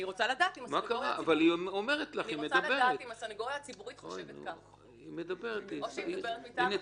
אני רוצה לדעת אם הסנגוריה הציבורית חושבת כך או שהיא מדברת מטעם עצמה.